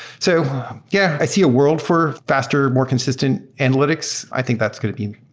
so yeah, i see a world for faster, more consistent analytics. i think that's going to be